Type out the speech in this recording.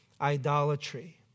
idolatry